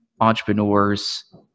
entrepreneurs